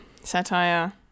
Satire